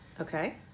Okay